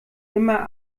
immer